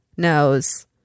knows